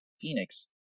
Phoenix